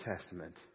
Testament